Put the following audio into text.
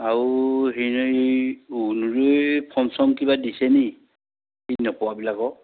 আৰু হেৰি নহয় এই অৰুণোদয় ফম চম কিবা দিছে নি নোপোৱাবিলাকক